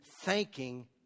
thanking